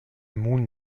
moon